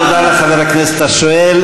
תודה רבה, חבר הכנסת השואל.